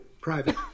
private